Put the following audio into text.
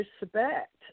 respect